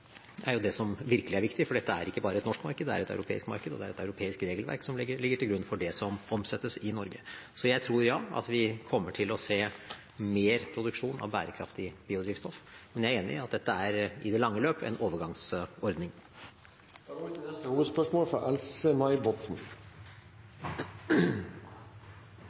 er det som virkelig er viktig, for dette er ikke bare et norsk marked, det er et europeisk marked, og det er et europeisk regelverk som ligger til grunn for det som omsettes i Norge. Så jeg tror at ja, vi kommer til å se mer produksjon av bærekraftig biodrivstoff. Men jeg er enig i at dette er i det lange løp en overgangsordning. Vi går til neste hovedspørsmål.